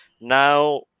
Now